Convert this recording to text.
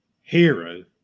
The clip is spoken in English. Hero